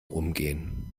umgehen